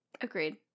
Agreed